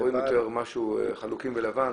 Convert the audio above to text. רואים יותר חלוקים בלבן,